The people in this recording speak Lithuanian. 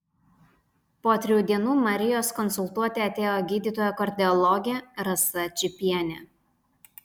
po trijų dienų marijos konsultuoti atėjo gydytoja kardiologė rasa čypienė